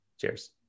Cheers